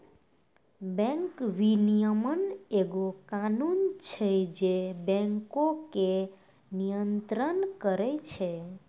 bank विनियमन एगो कानून छै जे बैंको के नियन्त्रण करै छै